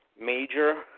major